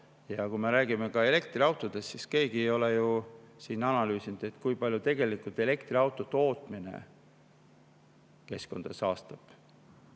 Ja kui me räägime elektriautodest, siis keegi ei ole ju siin analüüsinud, kui palju tegelikult elektriauto tootmine keskkonda saastab